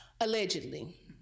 Allegedly